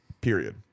period